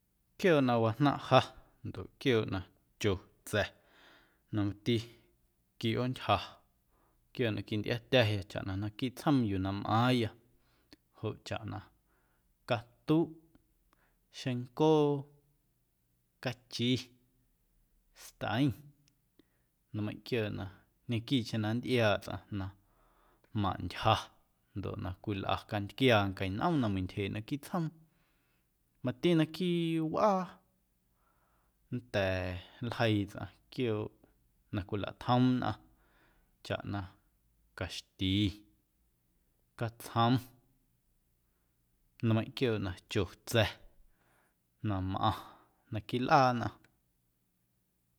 Quiooꞌ na wajnaⁿꞌ ja ndoꞌ quiooꞌ na cho tsa̱ na mati quiꞌoontyja quiooꞌ na quintꞌiatya̱ya chaꞌ na naquiiꞌ tsjoom yuu na mꞌaaⁿya joꞌ chaꞌ na catuꞌ, xeⁿncoo, cachi, stꞌeiⁿ nmeiⁿꞌ quiooꞌ na ñequiiꞌcheⁿ nntꞌiaaꞌ tsꞌaⁿ maꞌntyja ndoꞌ na cwilꞌa cantquiaa nqueⁿ nꞌoom na meiⁿntyjeeꞌ naquiiꞌ tsjoom mati naquiiꞌ wꞌaa nnda̱a̱ nljeii tsꞌaⁿ quiooꞌ na cwilatjom nnꞌaⁿ chaꞌ na caxti, catsjom nmeiⁿꞌ quiooꞌ na cho tsa̱ na mꞌaⁿ naquiiꞌ lꞌaa nnꞌaⁿ.